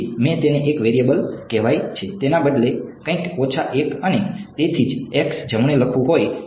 તેથી મેં તેને એક વેરીયબલ કહેવાય છે તેના બદલે કંઈક ઓછા 1 અને તેથી x જમણે લખવું હોય